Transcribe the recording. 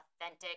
authentic